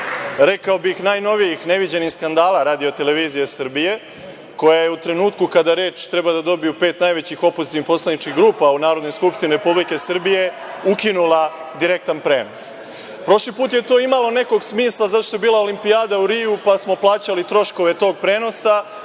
rekao bih najnovijih, neviđenih skandala RTS-a, koja je u trenutku kada reč treba da dobiju pet najvećih opozicionih poslaničkih grupa u Narodnoj skupštini Republike Srbije ukinula direktan prenos. Prošli put je to imalo nekog smisla zato što je bila Olimpijada u Riju, pa smo plaćali troškove tog prenosa